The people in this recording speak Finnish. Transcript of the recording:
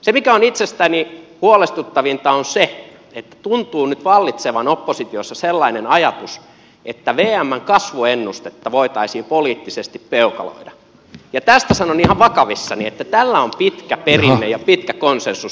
se mikä on itsestäni huolestuttavinta on se että nyt tuntuu vallitsevan oppositiossa sellainen ajatus että vmn kasvuennustetta voitaisiin poliittisesti peukaloida ja tästä sanon ihan vakavissani että tällä on pitkä perinne ja pitkä konsensus